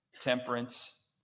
temperance